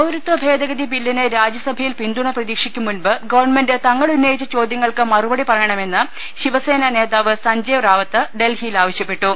പൌരത്വ ഭേദഗതി ബില്ലിന് രാജ്യസഭയിൽ പിന്തുണ പ്രതീ ക്ഷിക്കും മുമ്പ് ഗവൺമെന്റ് തങ്ങളുന്നയിച്ച ചോദ്യങ്ങൾക്ക് മറു പടി പറയണമെന്ന് ശിവസേനാ നേതാവ് സഞ്ജയ് റാവത്ത് ഡൽഹിയിൽ ആവശ്യപ്പെട്ടു